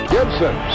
Gibson